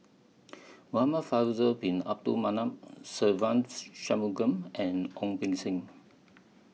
Muhamad Faisal Bin Abdul Manap Se Ve Shanmugam and Ong Beng Seng